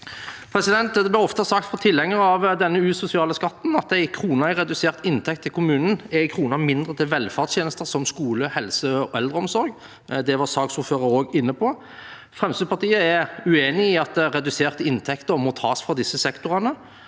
din. Det blir ofte sagt av tilhengere av denne usosiale skatten at en krone i redusert inntekt til kommunen er en krone mindre til velferdstjenester som skole, helse og eldreomsorg. Det var saksordføreren også inne på. Fremskrittspartiet er uenig i at reduserte inntekter må tas fra disse sektorene.